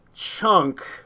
chunk